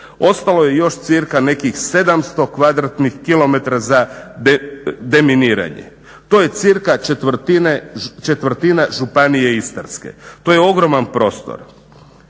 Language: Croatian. ostalo je još cca nekih 700 kvadratnih kilometara za deminiranje. To je cca četvrtina Županije Istarske. To je ogroman prostor.